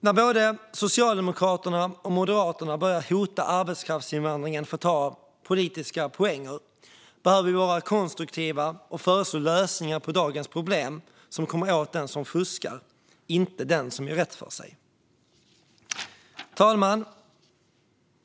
När både Socialdemokraterna och Moderaterna börjar hota arbetskraftsinvandringen för att ta politiska poänger behöver vi vara konstruktiva och föreslå lösningar på dagens problem som kommer åt den som fuskar, inte den som gör rätt för sig. Fru talman!